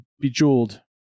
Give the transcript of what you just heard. Bejeweled